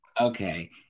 Okay